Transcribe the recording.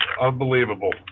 Unbelievable